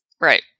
right